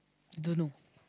don't know